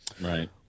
Right